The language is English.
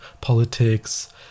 politics